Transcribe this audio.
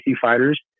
fighters